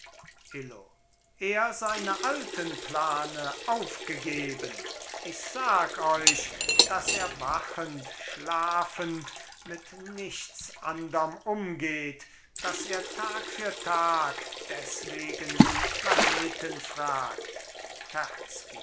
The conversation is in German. illo er seine alten plane aufgegeben ich sag euch daß er wachend schlafend mit nichts anderm umgeht daß er tag für tag deswegen die planeten fragt